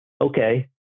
Okay